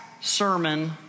sermon